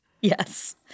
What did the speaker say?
yes